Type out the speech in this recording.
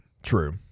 true